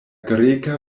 greka